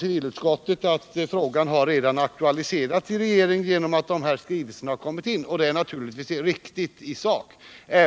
Civilutskottet menar att frågan redan har aktualiserats i regeringen genom skrivelser från länsstyrelsen och samrådsgruppen, och det är naturligtvis riktigt i sak.